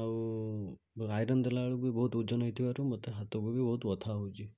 ଆଉ ଆଇରନ୍ ଦେଲା ବେଳକୁ ବହୁତ ଓଜନ ହୋଇଥିବାରୁ ମୋ ହାତକୁ ବି ବହୁତ ବଥା ହେଉଛି